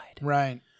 Right